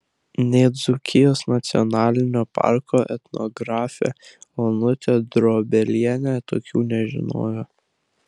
nė dzūkijos nacionalinio parko etnografė onutė drobelienė tokių nežinojo